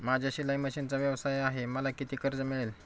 माझा शिलाई मशिनचा व्यवसाय आहे मला किती कर्ज मिळेल?